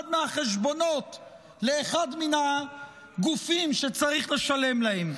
מהחשבונות לאחד מן הגופים שצריך לשלם להם.